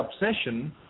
obsession